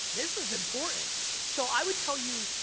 this is important. so, i would tell you,